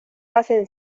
hacen